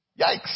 Yikes